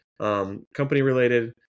company-related